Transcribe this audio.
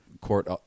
Court